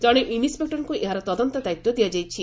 କଣେ ଇନ୍ସପେକ୍ଟରଙ୍କୁ ଏହାର ତଦନ୍ତ ଦାୟିତ୍ୱ ଦିଆଯାଇଛି